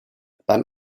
beim